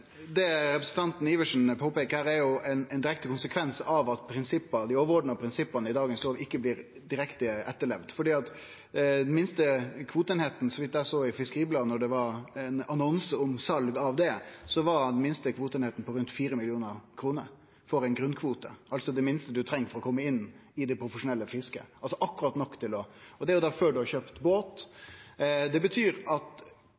Det representanten Adelsten Iversen her peiker på, er ein direkte konsekvens av at dei overordna prinsippa i dagens lov ikkje blir direkte etterlevde. Eg såg i Fiskeribladet ein annonse om sal, og den minste kvoteeininga var på rundt 4 mill. kr for ein grunnkvote. Det er det minste ein treng for å kome inn i det profesjonelle fisket – og det er før ein har kjøpt båt. Det betyr at